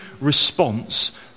response